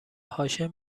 هاشم